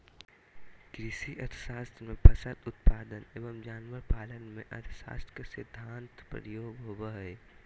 कृषि अर्थशास्त्र में फसल उत्पादन एवं जानवर पालन में अर्थशास्त्र के सिद्धान्त प्रयोग होबो हइ